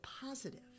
positive